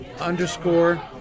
underscore